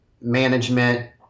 management